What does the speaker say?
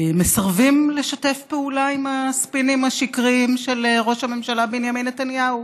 מסרבים לשתף פעולה עם הספינים השקריים של ראש הממשלה בנימין נתניהו.